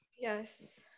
Yes